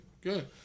Good